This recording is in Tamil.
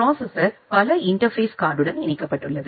ப்ரோசெசர் பல இன்டர்பேஸ் கார்டுயுடன் இணைக்கப்பட்டுள்ளது